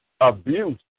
Abuse